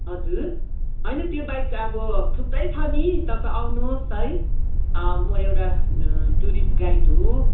हजुर होइन त्यो बाहेक अब थुप्रै छ नि तपाईँ आउनु होस् है म एउटा टुरिस्ट गाइड हो